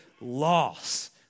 loss